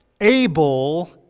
able